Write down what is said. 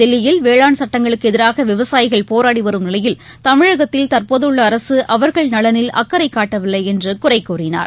தில்லியில் வேளாண் சட்டங்களுக்குஎதிராகவிவசாயிகள் போராடிவரும் நிலையில் தமிழகத்தில் தற்போதுள்ளஅரசுஅவர்கள் நலனில் அக்கறைகாட்டவில்லைஎன்றுகுறைகூறினார்